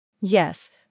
Yes